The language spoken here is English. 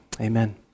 Amen